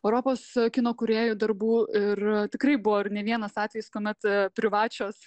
europos kino kūrėjų darbų ir tikrai buvo ir ne vienas atvejis kuomet privačios